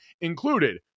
included